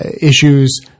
issues